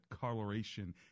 coloration